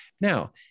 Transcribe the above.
Now